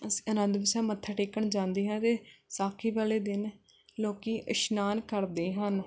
ਅਸੀਂ ਅਨੰਦਪੁਰ ਸਾਹਿਬ ਮੱਥਾ ਟੇਕਣ ਜਾਂਦੇ ਹਾਂ ਅਤੇ ਵਿਸਾਖੀ ਵਾਲੇ ਦਿਨ ਲੋਕ ਇਸ਼ਨਾਨ ਕਰਦੇ ਹਨ